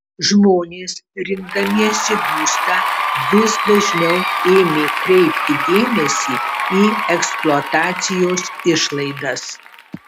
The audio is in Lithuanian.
žmonės rinkdamiesi būstą vis dažniau ėmė kreipti dėmesį į eksploatacijos išlaidas